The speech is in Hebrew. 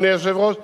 אדוני היושב-ראש,